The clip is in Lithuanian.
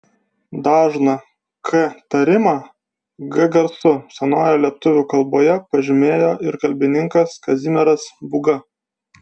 dažną k tarimą g garsu senojoje lietuvių kalboje pažymėjo ir kalbininkas kazimieras būga